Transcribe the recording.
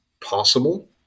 possible